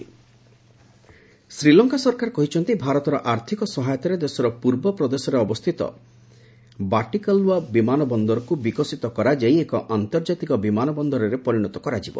SL airport Sri Lanka ସରକାର କହିଛନ୍ତି ଭାରତର ଆର୍ଥିକ ସହାୟତାରେ ଦେଶର ପୂର୍ବ ପ୍ରଦେଶରେ ଅବସ୍ଥିତ ବାଟିକାଲୱା ବିମାନ ବନ୍ଦରକୁ ବିକଶିତ କରାଯାଇ ଏକ ଆନ୍ତର୍କାତିକ ବିମାନ ବନ୍ଦରରେ ପରିଣତ କରାଯିବ